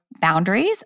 Boundaries